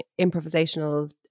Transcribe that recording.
improvisational